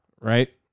Right